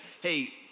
hey